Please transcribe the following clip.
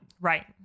right